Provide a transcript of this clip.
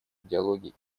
диалоге